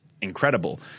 incredible